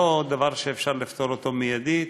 לא דאג שהוא יזכה לתשומת הלב הראויה.